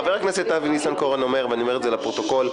אמרתי את זה לפרוטוקול.